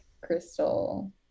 crystal